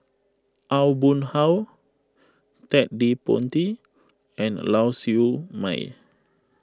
Aw Boon Haw Ted De Ponti and Lau Siew Mei